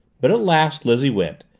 but at last lizzie went,